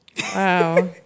Wow